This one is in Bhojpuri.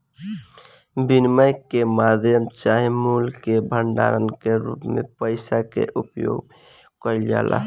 विनिमय के माध्यम चाहे मूल्य के भंडारण के रूप में पइसा के उपयोग कईल जाला